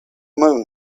moon